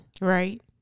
right